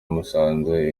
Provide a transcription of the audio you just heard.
musanze